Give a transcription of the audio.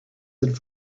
had